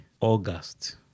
August